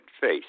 face